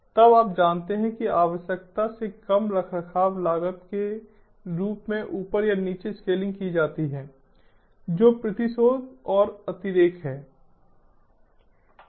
तब आप जानते हैं कि आवश्यकता से कम रखरखाव लागत के रूप में ऊपर या नीचे स्केलिंग की जाती है जो प्रतिशोध और अतिरेक है